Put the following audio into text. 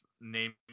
name